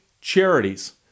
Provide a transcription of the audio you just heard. charities